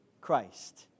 Christ